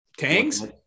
Tangs